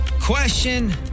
Question